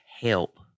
help